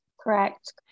Correct